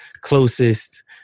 closest